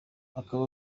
akaba